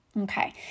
Okay